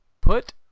put